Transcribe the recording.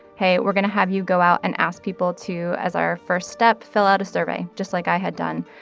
hey, we're going to have you go out and ask people to, as our first step, fill out a survey, just like i had done.